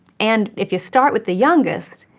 and if you start with the youngest,